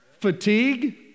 fatigue